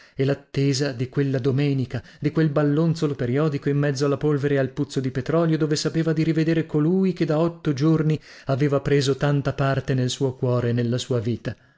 e lattesa di quella domenica di quel ballonzolo periodico in mezzo alla polvere e al puzzo di petrolio dove sapeva di rivedere colui che da otto giorni aveva preso tanta parte nel suo cuore e nella sua vita